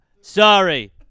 Sorry